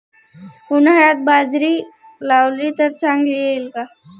उन्हाळ्यात बाजरी लावली तर चांगली येईल का?